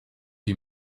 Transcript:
die